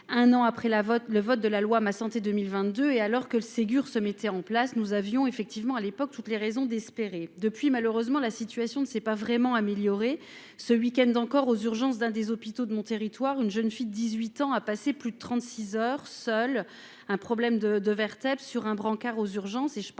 un an après la vote le vote de la loi, ma santé 2022, et alors que le Ségur se mettait en place, nous avions effectivement à l'époque, toutes les raisons d'espérer, depuis malheureusement la situation ne s'est pas vraiment améliorée, ce week-end encore aux urgences d'un des hôpitaux de mon territoire, une jeune fille de 18 ans a passé plus de 36 heures seul un problème de vertèbre sur un brancard aux urgences